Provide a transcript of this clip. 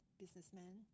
businessman